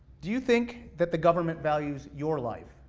do you think that the government values your life?